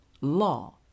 law